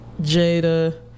Jada